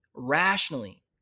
rationally